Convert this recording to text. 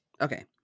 Okay